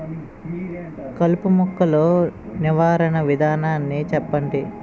కలుపు మొక్కలు నివారణ విధానాన్ని చెప్పండి?